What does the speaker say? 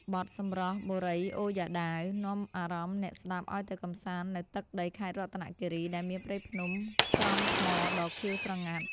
បទ «សម្រស់បុរីអូយ៉ាដាវ» នាំអារម្មណ៍អ្នកស្ដាប់ឱ្យទៅកម្សាន្តនៅទឹកដីខេត្តរតនគិរី ដែលមានព្រៃភ្នំក្រំថ្មដ៏ខៀវស្រងាត់។